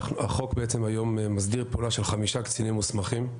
היום החוק בעצם מסדיר פעולה של חמישה קצינים מוסמכים,